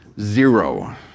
Zero